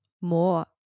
more